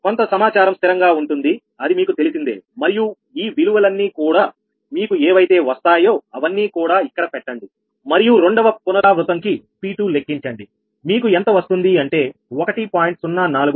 కొంత సమాచారం స్థిరంగా ఉంటుంది అది మీకు తెలిసిందే మరియు ఈ విలువలన్నీ కూడా మీకు ఏవైతే వస్తాయో అవన్నీ కూడా ఇక్కడ పెట్టండి మరియు రెండవ పునరావృతంకి P2 లెక్కించండి మీకు ఎంత వస్తుంది అంటే 1